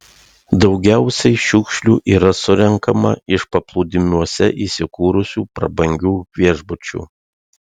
daugiausiai šiukšlių yra surenkama iš paplūdimiuose įsikūrusių prabangių viešbučių